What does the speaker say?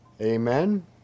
Amen